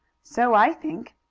so i think,